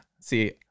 see